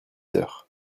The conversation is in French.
heures